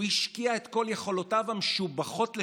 הוא השקיע את כל יכולותיו המשובחות בשיווק,